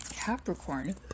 Capricorn